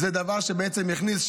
זה דבר שבעצם יכניס,